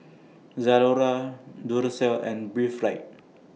Zalora Duracell and Breathe Right